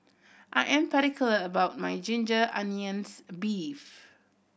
I am particular about my ginger onions beef